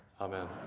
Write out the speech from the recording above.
Amen